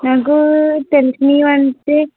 నాకు తెలిసినవి అంటే